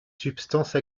substance